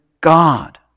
God